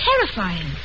terrifying